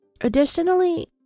Additionally